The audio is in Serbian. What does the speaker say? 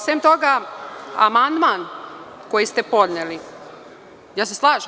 Sem toga, amandman koji ste podneli, ja se slažem?